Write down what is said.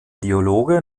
dialoge